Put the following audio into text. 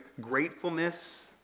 gratefulness